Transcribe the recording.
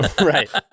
Right